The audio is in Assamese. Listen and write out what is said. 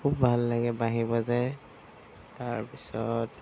খুব ভাল লাগে বাঁহী বজা ই তাৰপিছত